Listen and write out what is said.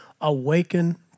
awaken